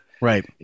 Right